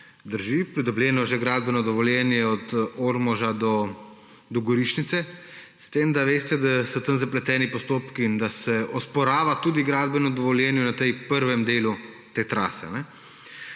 drži. Pridobljeno je že gradbeno dovoljenje od Ormoža do Gorišnice. S tem, da veste, da so tam zapleteni postopki in da se nasprotuje tudi gradbenemu dovoljenju na tem prvem delu te trase.